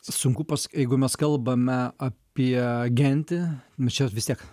sunku pas jeigu mes kalbame apie gentį mes čia vis tiek